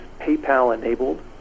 PayPal-enabled